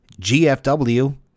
gfw